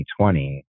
2020